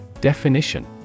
Definition